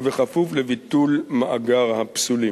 ובכפוף לביטול מאגר הפסולים.